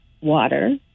water